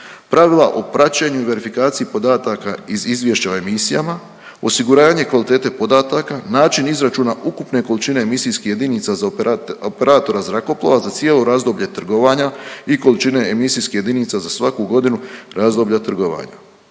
pravila o praćenju i verifikaciji podataka iz izvješća o emisijama, osiguranje kvalitete podataka, način izračuna ukupne količine emisijskih jedinica za operatora zrakoplova za cijelo razdoblje trgovanja i količine emisijskih jedinica za svaku godinu razdoblja trgovanja,